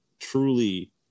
truly